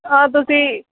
ਆਹ ਤੁਸੀਂ